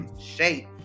shape